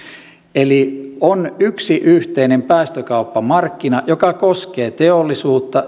eli on yksi yhteinen päästökauppamarkkina joka koskee teollisuutta